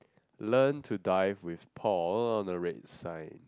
learn to dive with Paul on the red side